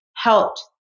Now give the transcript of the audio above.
Helped